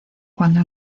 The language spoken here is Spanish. cuando